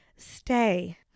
stay